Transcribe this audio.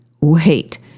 Wait